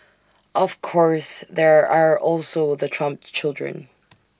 of course there are also the Trump children